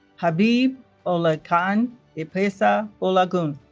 habeeb olalekan ipesa-balogun